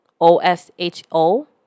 O-S-H-O